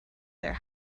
their